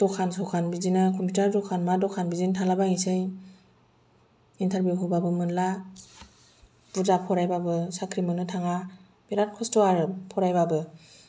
दखान सखान बिदिनो कम्पिउटार दखान मा दखान बिदिनो थालाबायनोसै इनटारभिउ होबाबो मोनला बुरजा फरायबाबो साख्रि मोननो थाङा बिराद खसथ' आरो फरायबाबो